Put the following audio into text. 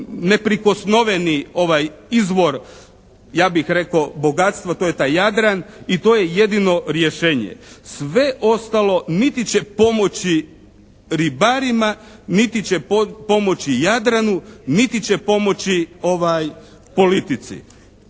neprikosnoveni ovaj izvor ja bih rekao bogatstva, to je taj Jadran. I to je jedino rješenje. Sve ostalo niti će pomoći ribarima, niti pomoći Jadranu, niti će pomoći politici.